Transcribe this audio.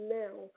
now